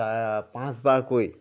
পাঁচবাৰ কৈ